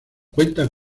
cuenta